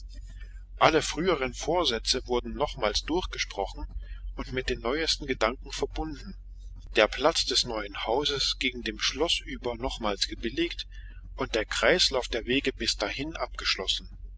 alle früheren vorsätze wurden nochmals durchgesprochen und mit den neuesten gedanken verbunden der platz des neuen hauses gegen dem schloß über nochmals gebilligt und der kreislauf der wege bis dahin abgeschlossen